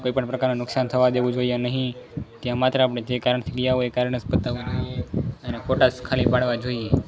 કોઈપણ પ્રકારનું નુકસાન થવા દેવું જોઈએ નહીં ત્યાં માત્ર આપણે જે કારણથી ગયા હોઇએ એ કારણ જ પતાવવું જોઈએ અને ફોટા જ ખાલી પાડવા જોઈએ